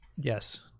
Yes